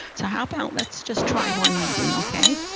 so how about, let's just try one meeting, okay?